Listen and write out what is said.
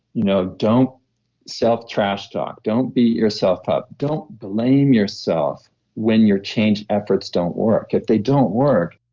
you know don't self trash-talk, don't be yourself up. don't blame yourself when your change efforts don't work. if they don't work,